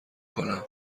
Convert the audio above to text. کنم